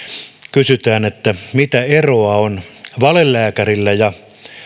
kysytään mitä eroa on valelääkärillä ja